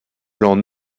plans